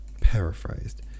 paraphrased